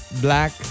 black